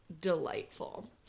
delightful